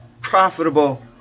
profitable